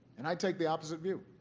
and i take the opposite view.